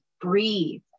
breathe